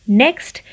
next